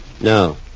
No